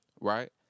Right